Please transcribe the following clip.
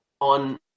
on